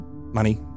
money